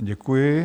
Děkuji.